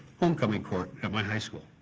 homecoming court at my high school.